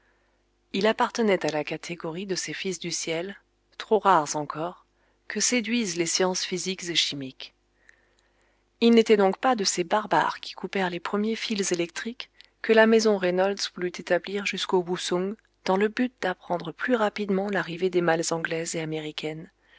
il appartenait à la catégorie de ces fils du ciel trop rares encore que séduisent les sciences physiques et chimiques il n'était donc pas de ces barbares qui coupèrent les premiers fils électriques que la maison reynolds voulut établir jusqu'au wousung dans le but d'apprendre plus rapidement l'arrivée des malles anglaises et américaines